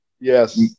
Yes